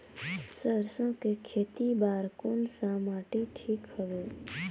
सरसो के खेती बार कोन सा माटी ठीक हवे?